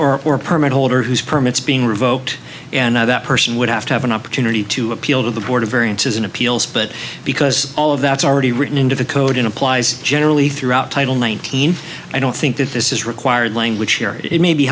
whose or or permit holder whose permits being revoked and that person would have to have an opportunity to appeal to the board of variances in appeals but because all of that's already written into the code in applies generally throughout title nineteen i don't think that this is required language it may be